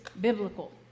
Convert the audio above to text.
biblical